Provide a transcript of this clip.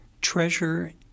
Treasure